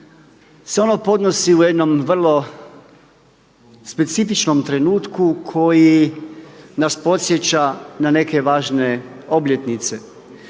se ono podnosi u jednom vrlo specifičnom trenutku koji nas podsjeća na neke važne obljetnice.